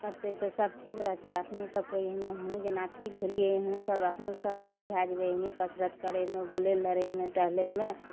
करतइ तऽ सब ठीक रहतइ अपनो सबके एहने हमहुँ जेना ठीक भेलियइ एहनो सब अपनो सब ठीक भए जेबय एहने कसरत करयमे बुलय लड़यमे टहलइमे